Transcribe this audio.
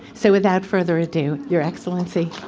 so without further ado, your excellency.